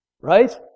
Right